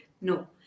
No